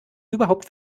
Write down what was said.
überhaupt